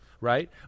right